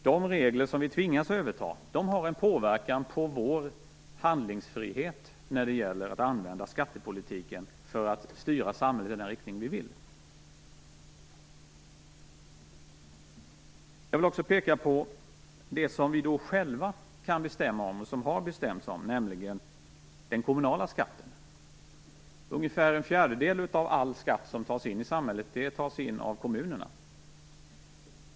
De regler som vi tvingas överta har en påverkan på vår handlingsfrihet när det gäller att använda skattepolitiken för att styra samhället i den riktning vi vill. Jag vill också peka på det som vi själva kan bestämma om och som har bestämts om, nämligen den kommunala skatten. Ungefär en fjärdedel av all skatt som tas in i samhället tas in av kommunerna.